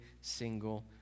single